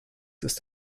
ist